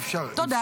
תודה.